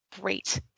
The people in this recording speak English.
Great